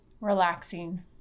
relaxing